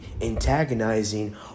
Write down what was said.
antagonizing